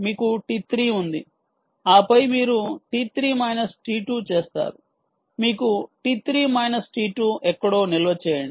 మీకు t3 ఉంది ఆపై మీరు t3 మైనస్ t2 చేస్తారు మీకు t3 t2 ఎక్కడో నిల్వ చేయండి